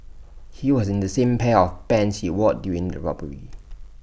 he was in the same pair of pants he wore during the robbery